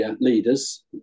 leaders